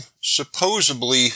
supposedly